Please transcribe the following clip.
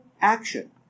action